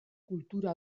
kultura